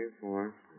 four